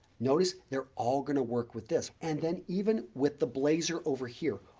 notice, they're all going to work with this and then even with the blazer over here,